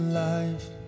life